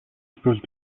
dispose